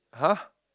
!huh!